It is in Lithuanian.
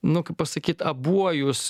nu kaip pasakyt abuojūs